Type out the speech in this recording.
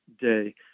day